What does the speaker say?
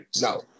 No